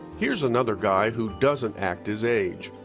here's another guy who doesn't act his age.